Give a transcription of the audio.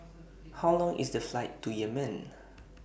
How Long IS The Flight to Yemen